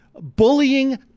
bullying